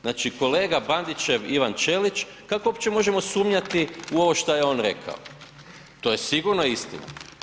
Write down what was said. Znači, kolega Bandićev Ivan Ćelić kako uopće možemo sumnjati u ovo šta je on rekao, to je sigurno istina.